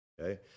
okay